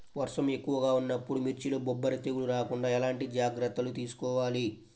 వర్షం ఎక్కువగా ఉన్నప్పుడు మిర్చిలో బొబ్బర తెగులు రాకుండా ఎలాంటి జాగ్రత్తలు తీసుకోవాలి?